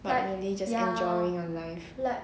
no merely just enjoying your life